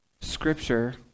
scripture